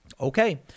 Okay